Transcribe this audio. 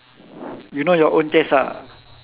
you know your own taste ah